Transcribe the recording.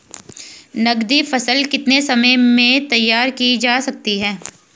नगदी फसल कितने समय में तैयार की जा सकती है?